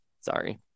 Sorry